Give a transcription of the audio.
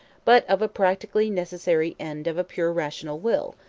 but of a practically necessary end of a pure rational will,